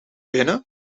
binnen